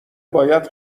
باید